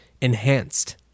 enhanced